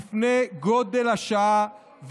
בפני גודל השעה,